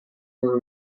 were